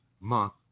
Month